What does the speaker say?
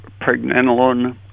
pregnenolone